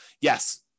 yes